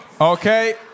Okay